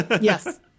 Yes